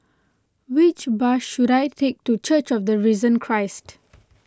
which bus should I take to Church of the Risen Christ